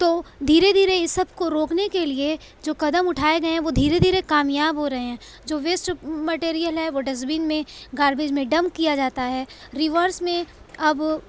تو دھیرے دھیرے اس سب کو روکنے کے لیے جو قدم اٹھائے گئے ہیں وہ دھیرے دھیرے کامیاب ہو رہے ہیں جو ویسٹ مٹیریل ہے وہ ڈسٹبین میں گاربیج میں ڈمپ کیا جاتا ہے ریورس میں اب